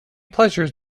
pleasures